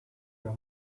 your